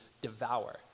devour